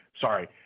sorry